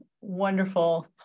Wonderful